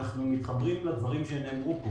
אנחנו מתחברים לדברים שנאמרו פה